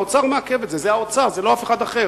האוצר מעכב את זה, זה האוצר, זה לא אף אחד אחר.